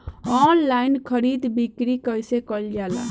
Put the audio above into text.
Online खरीद बिक्री कइसे कइल जाला?